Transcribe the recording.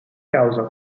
causa